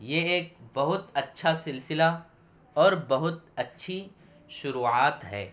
یہ ایک بہت اچھا سلسلہ اور بہت اچھی شروعات ہے